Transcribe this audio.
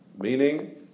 meaning